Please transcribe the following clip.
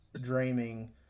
dreaming